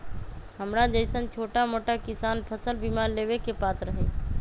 हमरा जैईसन छोटा मोटा किसान फसल बीमा लेबे के पात्र हई?